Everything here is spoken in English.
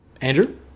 Andrew